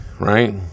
right